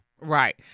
right